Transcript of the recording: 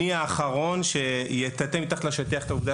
אני האחרון שיטאטא מתחת לשטיח את העובדה